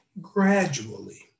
gradually